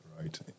right